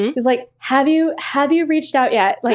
like, have you have you reached out yet? like